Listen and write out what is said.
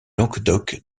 languedoc